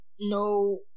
no